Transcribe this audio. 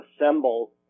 assemble